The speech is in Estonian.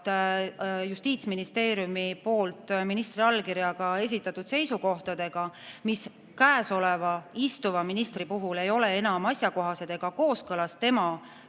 Justiitsministeeriumist ministri allkirjaga esitatud seisukohtadega, mis käesoleva, istuva ministri puhul ei ole enam asjakohased ega kooskõlas tema